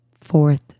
fourth